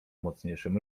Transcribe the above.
mocniejszym